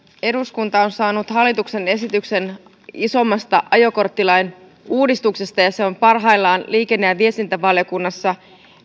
eduskunta on saanut hallituksen esityksen isommasta ajokorttilain uudistuksesta ja ja se on parhaillaan liikenne ja viestintävaliokunnassa